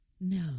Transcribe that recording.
No